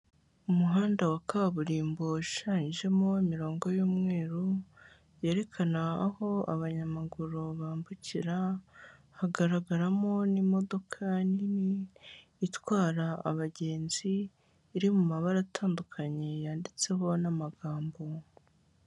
Umuhanda wa kaburimbo ushanjemo imirongo y'umweru yerekana aho abanyamaguru bambukira, hagaragaramo n'imodoka nini itwara abagenzi, iri mu mabara atandukanye yanditseho n'amagambo.